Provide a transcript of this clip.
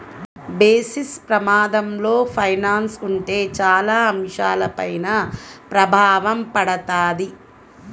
basis ప్రమాదంలో finance ఉంటే చాలా అంశాలపైన ప్రభావం పడతది